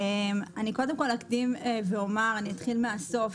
קודם כל אקדים ואומר ואתחיל מהסוף,